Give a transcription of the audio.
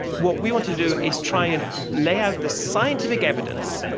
what we wanted to do is try and lay out the scientific evidence,